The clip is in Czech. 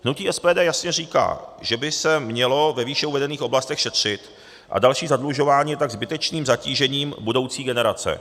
Hnutí SPD jasné říká, že by se mělo ve výše uvedených oblastech šetřit a další zadlužování je tak zbytečným zatížením budoucí generace.